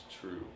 true